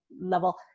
level